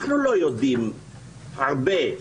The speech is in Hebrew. אנחנו לא יודעים הרבה,